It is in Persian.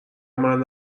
منو